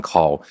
Call